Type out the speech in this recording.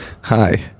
hi